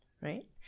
right